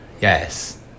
Yes